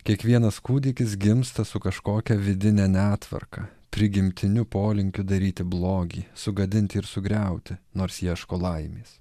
kiekvienas kūdikis gimsta su kažkokia vidine netvarka prigimtiniu polinkiu daryti blogį sugadinti ir sugriauti nors ieško laimės